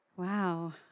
Wow